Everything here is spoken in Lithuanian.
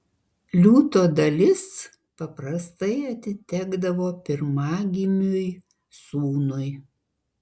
liūto dalis paprastai atitekdavo pirmagimiui sūnui